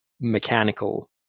mechanical